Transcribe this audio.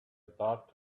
dark